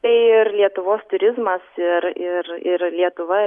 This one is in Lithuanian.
tai ir lietuvos turizmas ir ir ir lietuva